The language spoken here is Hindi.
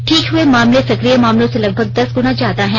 ठीक हुए मामले सक्रिय मामलों से लगभग दस गुणा ज्यादा हैं